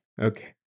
okay